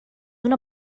una